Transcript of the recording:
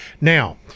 Now